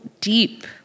deep